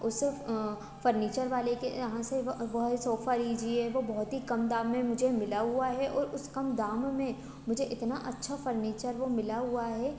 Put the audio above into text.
उसेफ furniture वाले के यहाँ से वह सोफ़ा लीजिए वो बहुत ही कम दाम में मुझे मिला हुआ है और उस कम दाम में मुझे इतना अच्छा फर्निचर वो मिला हुआ है